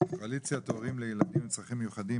לקואליציית הורים לילדים עם צרכים מיוחדים,